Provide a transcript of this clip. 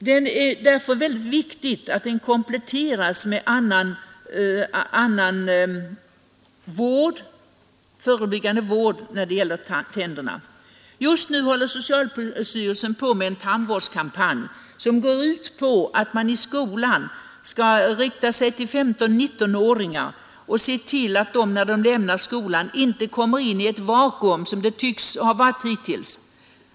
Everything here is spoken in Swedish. Det är därför viktigt att tandvårdsförsäkringen kompletteras med förebyggande vård av tänderna. Just nu håller socialstyrelsen på med en tandvårdskampanj som går ut på att man i skolan skall rikta sig till 15—19-åringar och se till att de när de lämnar skolan inte kommer in i ett vakuum, som det tycks ha varit hittills.